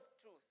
truth